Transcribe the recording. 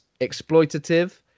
exploitative